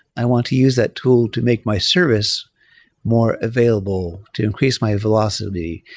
i want to use that tool to make my service more available to increase my velocity,